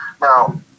now